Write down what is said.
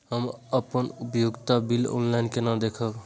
हम अपन उपयोगिता बिल ऑनलाइन केना देखब?